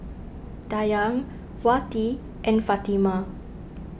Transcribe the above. Dayang Wati and Fatimah